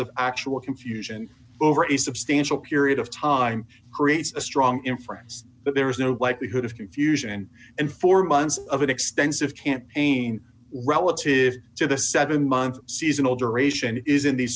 of actual confusion over a substantial period of time creates a strong inference but there is no the hood of confusion and four months of an extensive campaign relative to the seven months seasonal duration it is in these